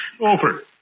Over